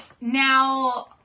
now